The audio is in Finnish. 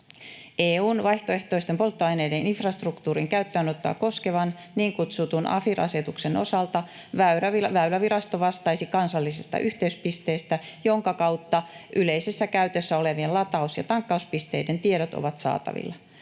EU:n vaihtoehtoisten polttoaineiden infrastruktuurin käyttöönottoa koskevan niin kutsutun AFIR-asetuksen osalta Väylävirasto vastaisi kansallisesta yhteyspisteestä, jonka kautta yleisessä käytössä olevien lataus- ja tankkauspisteiden tiedot ovat saatavilla.